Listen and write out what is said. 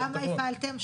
כמה הפעלתם?